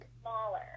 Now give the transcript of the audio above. smaller